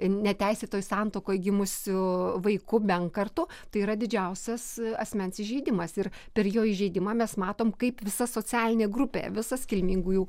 neteisėtoj santuokoj gimusiu vaiku benkartu tai yra didžiausias asmens įžeidimas ir per jo įžeidimą mes matom kaip visa socialinė grupė visas kilmingųjų